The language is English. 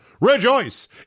rejoice